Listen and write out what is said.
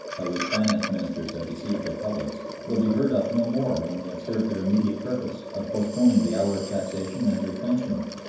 by which finance ministers have deceived their publics, will be heard of no more when they have served their immediate purpose of postponing the hour of taxation and retrenchment.